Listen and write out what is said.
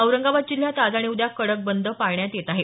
औरंगाबाद जिल्ह्यात आज आणि उद्या कडक बंद पाळण्यात येत आहे